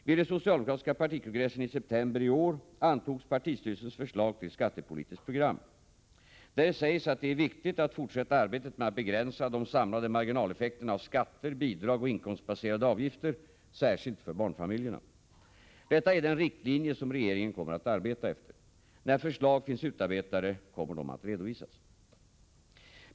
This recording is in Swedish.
Vid den socialdemokratiska partikongressen i september i år antogs partistyrelsens förslag till skattepolitiskt program. Där sägs att det är viktigt att fortsätta arbetet med att begränsa de samlade marginaleffekterna av skatter, bidrag och inkomstbaserade avgifter, särskilt för barnfamiljerna. Detta är den riktlinje som regeringen kommer att arbeta efter. När förslag finns utarbetade kommer de att redovisas.